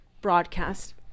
broadcast